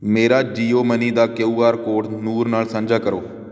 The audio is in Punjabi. ਮੇਰਾ ਜੀਓ ਮਨੀ ਦਾ ਕਿਆਉ ਆਰ ਕੋਡ ਨੂਰ ਨਾਲ ਸਾਂਝਾ ਕਰੋ